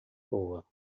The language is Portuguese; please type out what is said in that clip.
boa